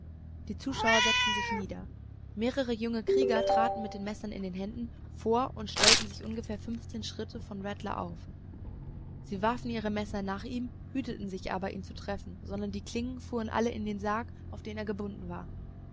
die zuschauer setzten sich nieder mehrere junge krieger traten mit den messern in den händen vor und stellten sich ungefähr fünfzehn schritte von rattler auf sie warfen ihre messer nach ihm hüteten sich aber ihn zu treffen sondern die klingen fuhren alle in den sarg auf den er gebunden war